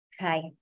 okay